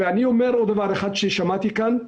אני אומר עוד דבר אחד שעלה כאן.